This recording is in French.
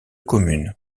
communes